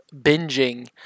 binging